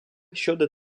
щодо